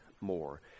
more